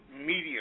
media